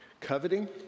Coveting